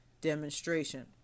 demonstration